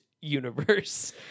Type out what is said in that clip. universe